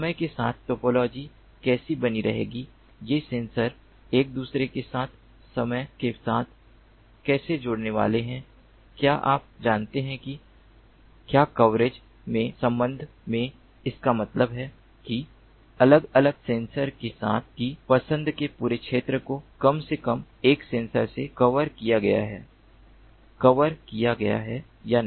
समय के साथ टोपोलॉजी कैसे बनी रहेगी ये सेंसर एक दूसरे के साथ समय के साथ कैसे जुड़ने वाले हैं क्या आप जानते हैं कि क्या कवरेज के संबंध में इसका मतलब है कि अलग अलग सेंसर के साथ कि पसंद के पूरे क्षेत्र को कम से कम एक सेंसर से कवर किया गया है कवर किया गया है या नहीं